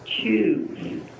choose